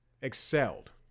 excelled